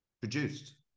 produced